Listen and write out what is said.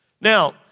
Now